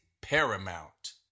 paramount